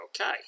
okay